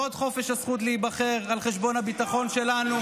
ועוד חופש הזכות להיבחר על חשבון הביטחון שלנו,